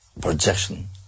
projection